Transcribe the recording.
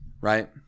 Right